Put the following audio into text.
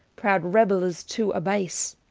proud rebelles to abase.